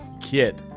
kit